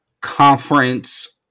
conference